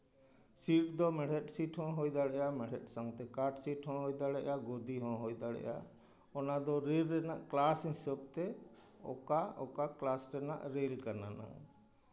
seat ᱫᱚ ᱢᱮᱲᱦᱮᱫ seat ᱦᱚᱸ ᱦᱩᱭ ᱫᱟᱲᱮᱭᱟᱜᱼᱟ ᱢᱮᱲᱦᱮᱫ ᱥᱟᱶᱛᱮ ᱠᱟᱴᱷ ᱥᱤᱴ ᱦᱚᱸ ᱦᱩᱭ ᱫᱟᱲᱮᱭᱟᱜᱼᱟ ᱜᱚᱫᱤ ᱦᱚᱸ ᱦᱩᱭ ᱫᱟᱲᱮᱭᱟᱜᱼᱟ ᱚᱱᱟ ᱫᱚ ᱨᱮ ᱞ ᱨᱮᱱᱟᱜ ᱠᱞᱟᱥ ᱦᱤᱥᱟᱹᱵᱽ ᱛᱮ ᱚᱠᱟ ᱚᱠᱟ ᱠᱞᱟᱥ ᱨᱮᱱᱟᱜ ᱨᱮᱹᱞ ᱠᱟᱱᱟ